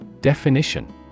Definition